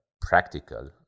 practical